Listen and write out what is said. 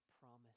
promise